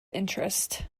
interest